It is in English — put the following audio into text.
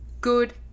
good